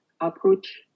approach